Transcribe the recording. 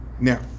Now